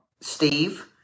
Steve